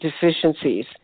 deficiencies